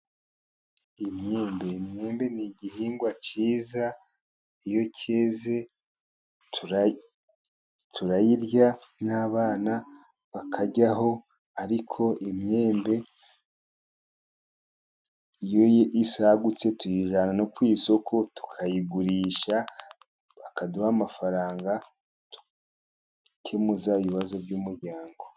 Imyembe: Imyembe ni igihingwa cyiza iyo cyeze, turayirya n' abana bakaryaho; ariko imyembe iyo isagutse tuyijyana no ku isoko tukayigurisha, bakaduha amafaranga dukemuza ibibazo by' umuryango.